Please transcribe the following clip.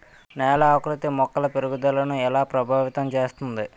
నేల ఆకృతి మొక్కల పెరుగుదలను ఎలా ప్రభావితం చేస్తుంది?